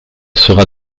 sera